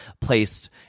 placed